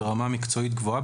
ברמה מקצועית גבוהה,